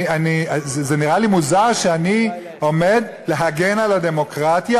נראה לי מוזר שאני עומד להגן על הדמוקרטיה,